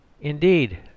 Indeed